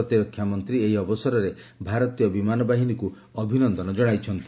ପ୍ରତିରକ୍ଷା ମନ୍ତ୍ରୀ ଏହି ଅବସରରେ ଭାରତୀୟ ବିମାନ ବାହିନୀକୁ ଅଭିନନ୍ଦନ ଜଣାଇଛନ୍ତି